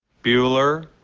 bueller,